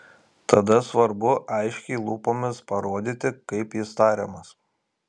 tada svarbu aiškiai lūpomis parodyti kaip jis tariamas